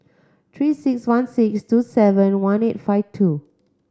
Three Six One six two seven one eight five two